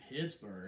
Pittsburgh